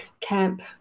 camp